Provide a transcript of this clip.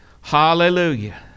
hallelujah